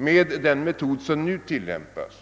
Med den metod som nu tillämpas